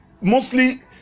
mostly